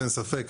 אין ספק.